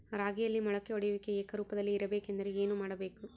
ರಾಗಿಯಲ್ಲಿ ಮೊಳಕೆ ಒಡೆಯುವಿಕೆ ಏಕರೂಪದಲ್ಲಿ ಇರಬೇಕೆಂದರೆ ಏನು ಮಾಡಬೇಕು?